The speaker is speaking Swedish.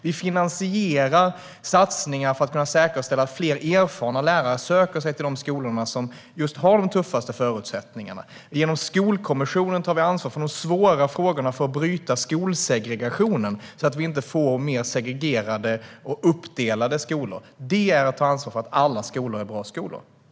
Vi finansierar satsningar för att kunna säkerställa att fler erfarna lärare söker sig till de skolor som just har de tuffaste förutsättningarna. Genom Skolkommissionen tar vi ansvar för de svåra frågorna för att bryta skolsegregationen så att vi inte får mer segregerade och uppdelade skolor. Det är att ta ansvar för att alla skolor är bra skolor.